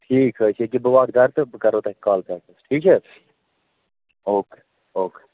ٹھیٖک حظ چھُ یِکہِ بہٕ واتہٕ گَرٕ تہٕ بہٕ کَرو تۅہہِ کال بیک حظ ٹھیٖک چھِ حظ او کے او کے